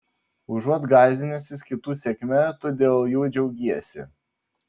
užuot gąsdinęsis kitų sėkme tu dėl jų džiaugiesi